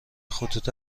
خطوط